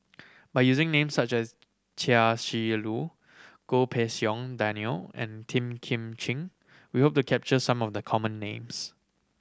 by using names such as Chia Shi Lu Goh Pei Siong Daniel and Tan Kim Ching we hope to capture some of the common names